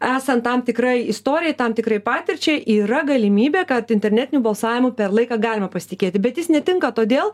esant tam tikrai istorijai tam tikrai patirčiai yra galimybė kad internetiniu balsavimu per laiką galima pasitikėti bet jis netinka todėl